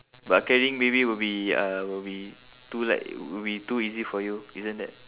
but carrying baby will be uh will be too light will be too easy for you isn't that